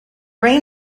reign